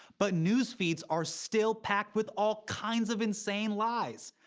but news feeds are still packed with all kinds of insane lies.